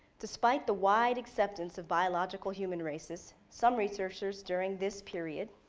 despite the wide acceptance of biological human races, some researchers during this period,